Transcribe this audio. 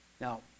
Now